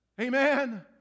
Amen